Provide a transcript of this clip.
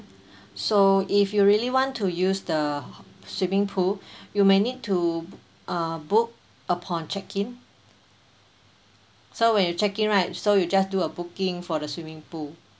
so if you really want to use the swimming pool you may need to uh book upon check-in so when you check in right so you just do a booking for the swimming pool